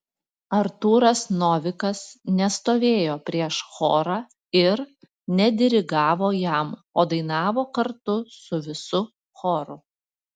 artūras novikas nestovėjo prieš chorą ir nedirigavo jam o dainavo kartu su visu choru